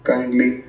Kindly